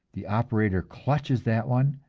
the operator clutches that one,